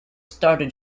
started